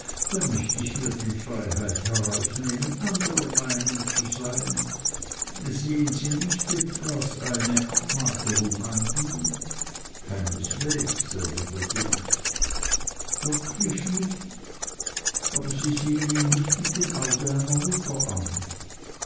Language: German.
da mecht ich mir die freiheit herausnehmen anderer meinung zu sein sehen sie nicht etwas eine abmagerung an ihm keineswegs erwiderte ich wirklich nicht aber sie sehen ihn nicht mit dem auge einer mutter an